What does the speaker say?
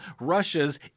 Russia's